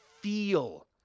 feel